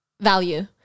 value